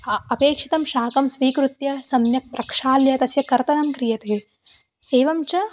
आ अपेक्षितं शाकं स्वीकृत्य सम्यक् प्रक्षाल्य तस्य कर्तनं क्रियते एवं च